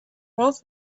worth